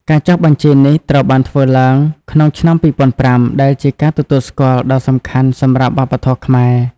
ការចុះបញ្ជីនេះត្រូវបានធ្វើឡើងក្នុងឆ្នាំ ២០០៥ ដែលជាការទទួលស្គាល់ដ៏សំខាន់សម្រាប់វប្បធម៌ខ្មែរ។